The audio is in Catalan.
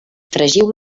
fregiu